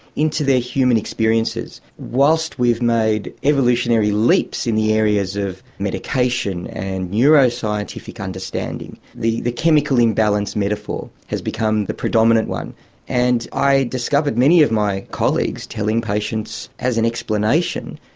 into their human experiences. whilst we've made evolutionary leaps in the areas of medication and neuroscientific understanding, the the chemical imbalance metaphor has become the predominant one and i discovered many of my colleagues telling patients, as an explanation,